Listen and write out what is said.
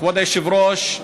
כבוד היושב-ראש,